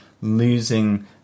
losing